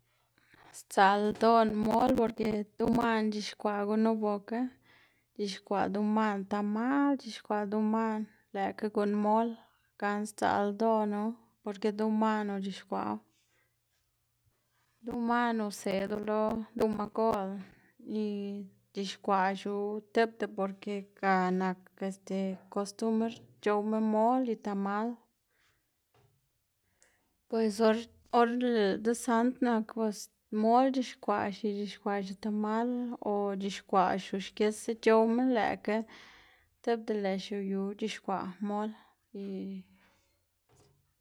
Sdzaꞌl ldoꞌná mol porke duwmaꞌná c̲h̲ixkwaꞌ gunu boka, c̲h̲ixkwaꞌ duwmaꞌná tamal c̲h̲ixkwaꞌ duwmaꞌná lëꞌkga guꞌn mol gana sdzaꞌl ldoꞌnu porke duwmaꞌná uc̲h̲ixkwaꞌwu, duwmaꞌná useꞌdu lo duwmagoꞌlná y c̲h̲ixkwaꞌxu tipta porke ga nak este kostumbr c̲h̲owma mol y tamal, pues or or lëꞌ desand nak pues mol c̲h̲ixkwaꞌxi y c̲h̲ixkwaꞌxi tamal o c̲h̲ixkwaꞌxu xkixsa c̲h̲owma lëꞌkga tipta lëꞌxi yu c̲h̲ixkwaꞌ mol y.